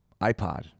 iPod